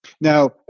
Now